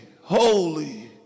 holy